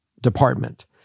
department